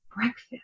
breakfast